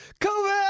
COVID